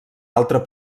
altra